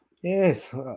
Yes